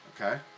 Okay